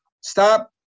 stop